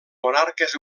monarques